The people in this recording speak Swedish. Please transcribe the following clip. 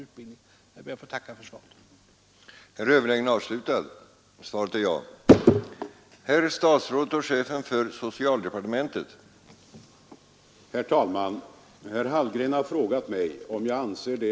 Jag ber än en gång att få tacka för svaret på min enkla fråga.